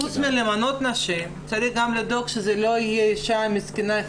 חוץ למנות נשים צריך גם לדאוג שזה לא יהיה אישה אחת מסכנה,